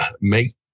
make